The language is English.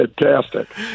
fantastic